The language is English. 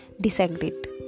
disagreed